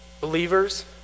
Believers